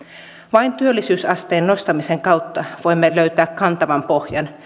vain työllisyysasteen nostamisen kautta voimme löytää kantavan pohjan